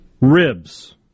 Ribs